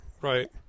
Right